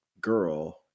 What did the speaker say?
girl